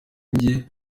jye